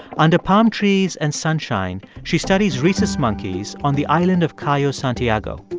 under palm trees and sunshine, she studies rhesus monkeys on the island of cayo santiago.